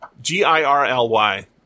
G-I-R-L-Y